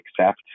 accept